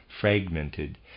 fragmented